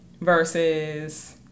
versus